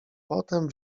potem